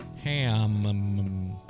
Ham